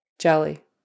jelly